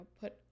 put